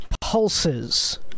pulses